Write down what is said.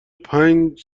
پنج